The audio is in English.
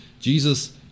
Jesus